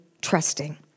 trusting